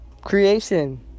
Creation